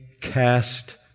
cast